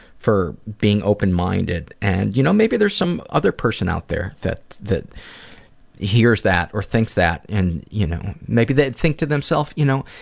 for being open minded. and you know, maybe there's some other person out there that that hears that or thinks that and you know, maybe they'd think to themselves, you know,